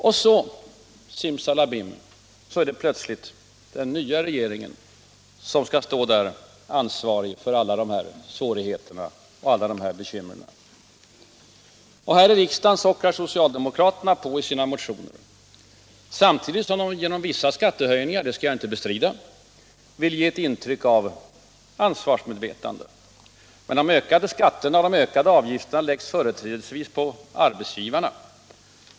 Och så, simsalabim, är det plötsligt den nya regeringen som skall stå ansvarig för alla svårigheter och bekymmer. Här i riksdagen sockrar socialdemokraterna på i sina motioner samtidigt som de genom vissa skattehöjningar — det skall jag inte bestrida — vill ge ett intryck av ansvarsmedvetande. Men de ökade skatterna och avgifterna läggs företrädesvis på arbetsgivarna.